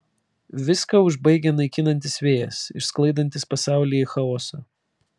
viską užbaigia naikinantis vėjas išsklaidantis pasaulį į chaosą